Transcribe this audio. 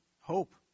Hope